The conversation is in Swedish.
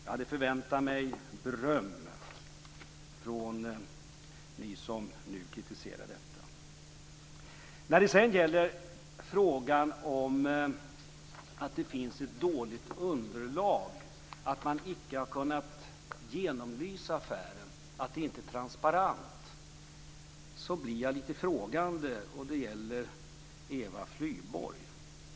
Jag hade förväntat mig beröm från er som nu kritiserar detta. När det gäller frågan om att det finns ett dåligt underlag, att man inte har kunnat genomlysa affären och att det inte är transparent blir jag lite frågande. Det gäller Eva Flyborg.